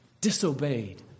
disobeyed